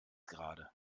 gerade